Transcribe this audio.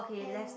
and